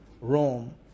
Rome